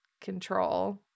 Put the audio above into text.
control